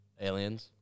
Aliens